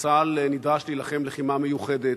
כשצה"ל נדרש להילחם לחימה מיוחדת,